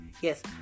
yes